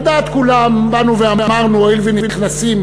על דעת כולם באנו ואמרנו: הואיל ונכנסים